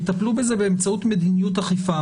יטפלו בזה באמצעות מדיניות אכיפה,